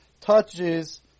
touches